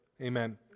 Amen